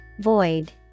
Void